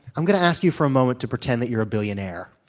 i'm going to ask you for a moment to pretend that you're a billionaire.